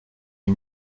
est